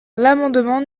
l’amendement